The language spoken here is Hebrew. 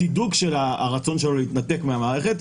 הצידוק של הרצון שלו להתנתק מהמערכת.